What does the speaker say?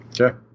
Okay